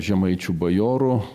žemaičių bajoro